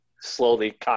slowly